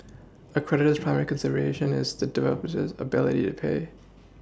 a creditor's primary consideration is a dweeb possess ability to pay